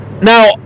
Now